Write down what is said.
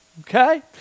Okay